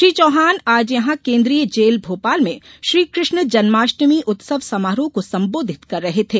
श्री चौहान आज यहां केन्द्रीय जेल भोपाल में श्रीक ष्ण जन्माष्टमी उत्सव समारोह को संबोधित कर रहे थे